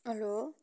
hello